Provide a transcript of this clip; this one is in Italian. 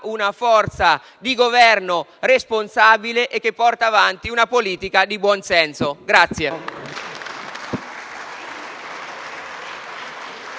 una forza di Governo responsabile che porta avanti una politica di buonsenso.